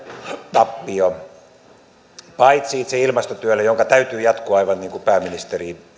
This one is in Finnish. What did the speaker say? tappio itse ilmastotyölle jonka täytyy jatkua ja aivan niin kuin pääministeri